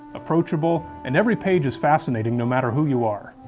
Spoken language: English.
approachable, and every page is fascinating no matter who you are.